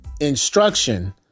instruction